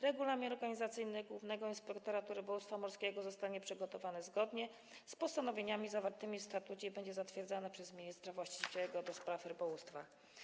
Regulamin organizacyjny głównego inspektora rybołówstwa morskiego zostanie przygotowany zgodnie z postanowieniami zawartymi w statucie i będzie zatwierdzany przez ministra właściwego do spraw rybołówstwa.